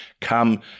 Come